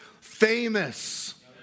famous